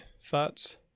thoughts